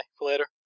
later